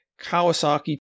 Kawasaki